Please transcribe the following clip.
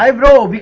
um role